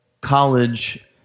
college